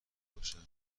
باشم